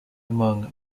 among